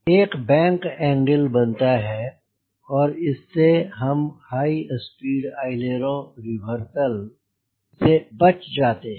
अतः एक bank angle बनता है और इस से हम हाई स्पीड अइलेरों रिवर्सल से बच जाते हैं